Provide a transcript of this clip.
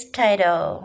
title